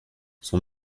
son